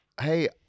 hey